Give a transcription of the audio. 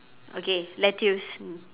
okay lettuce